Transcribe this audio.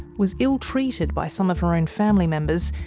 was ill-treated by some of her own family members,